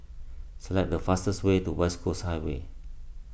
select the fastest way to West Coast Highway